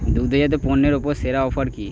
দুগ্ধজাত পণ্যের ওপর সেরা অফার কী